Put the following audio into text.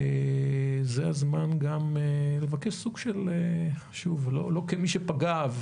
זה הזמן גם לבקש סוג של בקשה לא כמי שפגע,